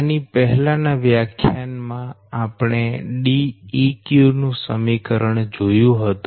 આની પહેલા ના વ્યાખ્યાન માં આપણે Deq નું સમીકરણ જોયું હતું